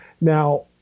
Now